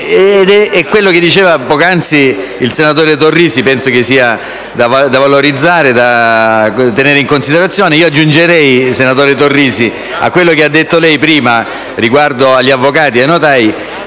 Quanto diceva poc'anzi il senatore Torrisi penso sia da valorizzare e da tenere in considerazione. Io aggiungerei, senatore Torrisi, a quello che ha detto lei prima riguardo agli avvocati e ai